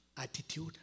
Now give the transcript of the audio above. attitude